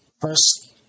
first